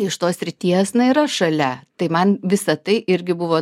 iš tos srities na ir aš šalia tai man visa tai irgi buvo